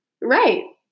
Right